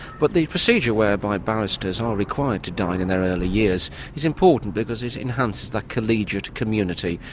but the procedure whereby barristers are required to dine in their early years is important, because it enhances the collegiate community,